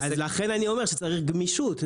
--- אז לכן אני אומר שצריך גמישות.